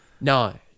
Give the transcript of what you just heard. No